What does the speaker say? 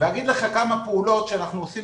ואגיד לך כמה פעולות שאנחנו עושים